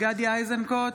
גדי איזנקוט,